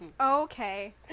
Okay